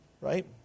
right